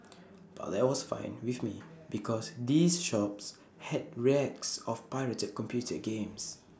but that was fine with me because these shops had racks of pirated computer games